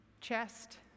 chest